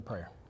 prayer